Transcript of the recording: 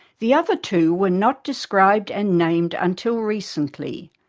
the other two were not described and named until recently,